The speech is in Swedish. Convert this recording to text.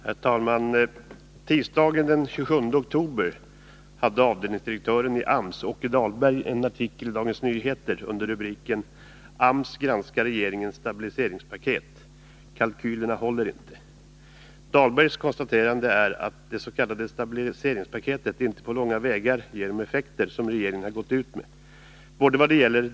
Herr talman! Tisdagen den 27 oktober hade avdelningsdirektören i AMS, Åke Dahlberg, en artikel i Dagens Nyheter under rubriken: AMS granskar regeringens stabiliseringspaket: ”Kalkylerna håller inte”. Åke Dahlbergs konstaterande är att det s.k. stabiliseringspaketet inte på långa vägar ger de effekter som regeringen har förutsatt.